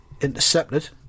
intercepted